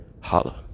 Holla